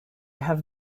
have